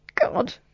God